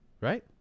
Right